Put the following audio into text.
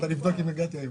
למדוד את כל הכבישים בישראל.